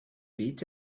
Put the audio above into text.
beat